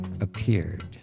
appeared